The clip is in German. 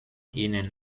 innen